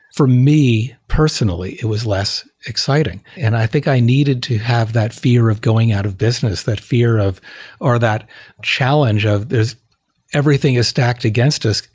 for me personally, it was less exciting. and i think i needed to have that fear of going out of business, that fear of or that challenge of everything is stacked against us.